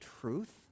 truth